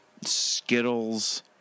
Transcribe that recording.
Skittles